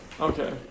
okay